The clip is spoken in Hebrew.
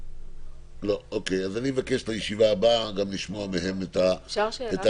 ----- אז אני מבקש בישיבה הבאה לשמוע גם את הנושאים.